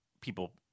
people